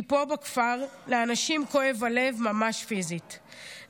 כי פה בכפר לאנשים כואב הלב ממש פיזית,